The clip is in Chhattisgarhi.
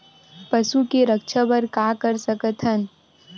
पशु के रक्षा बर का कर सकत हन?